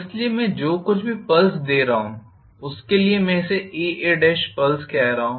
इसलिए मैं जो कुछ भी पल्स दे रहा हूं उसके लिए मैं इसे A और A पल्स कह रहा हूं